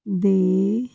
ਦੇ